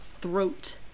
throat